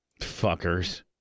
Fuckers